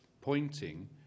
pointing